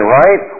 right